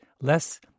less